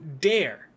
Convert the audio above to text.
dare